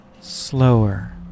slower